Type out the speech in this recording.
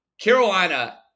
Carolina